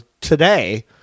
today